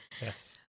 Yes